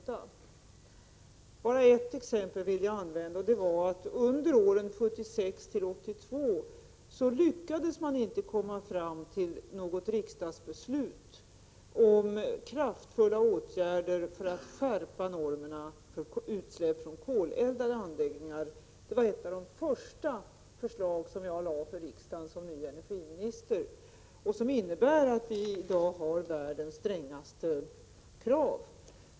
Jag vill bara ge ett exempel: Under åren 1976—1982 lyckades man inte komma fram till något riksdagsbeslut om kraftfulla åtgärder för att skärpa normerna för utsläpp från koleldade anläggningar. Det var ett av de första förslag som jag som ny energiminister lade fram till riksdagen och som innebar att vi i dag har världens strängaste krav.